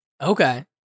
Okay